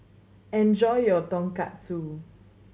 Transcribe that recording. enjoy your Tonkatsu